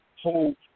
hold